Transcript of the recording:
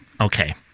Okay